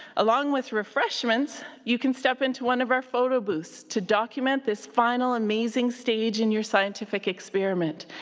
along with refreshments, you can step into one of our photo booths to document this final amazing stage in your scientific experiment.